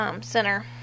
center